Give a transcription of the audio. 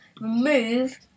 remove